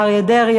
אריה דרעי,